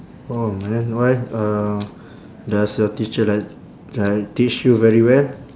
oh man why uh does your teacher like like teach you very well